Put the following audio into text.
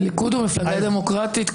הליכוד הוא מפלגה דמוקרטית.